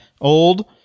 old